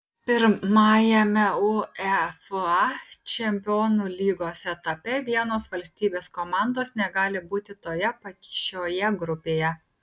pirmajame uefa čempionų lygos etape vienos valstybės komandos negali būti toje pačioje grupėje